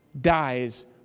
dies